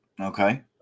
Okay